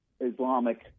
Islamic